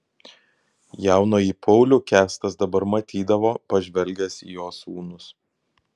jaunąjį paulių kęstas dabar matydavo pažvelgęs į jo sūnus